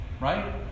right